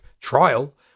trial